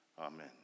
Amen